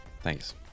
Thanks